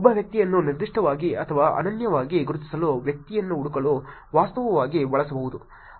ಒಬ್ಬ ವ್ಯಕ್ತಿಯನ್ನು ನಿರ್ದಿಷ್ಟವಾಗಿ ಅಥವಾ ಅನನ್ಯವಾಗಿ ಗುರುತಿಸಲು ವ್ಯಕ್ತಿಯನ್ನು ಹುಡುಕಲು ವಾಸ್ತವವಾಗಿ ಬಳಸಬಹುದು